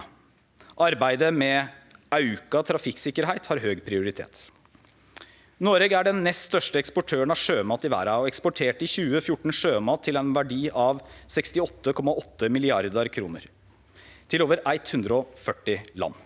Arbeidet med auka trafikksikkerheit har høg prioritet. Noreg er den nest største eksportøren av sjømat i verda, og eksporterte i 2014 sjømat til ein verdi av 68,8 mrd. kr til over 140 land.